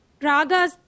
ragas